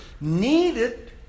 needed